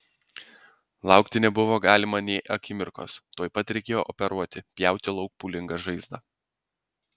laukti nebuvo galima nė akimirkos tuoj pat reikėjo operuoti pjauti lauk pūlingą žaizdą